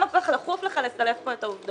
למה כל כך דחוף לך לסלף פה את העובדות?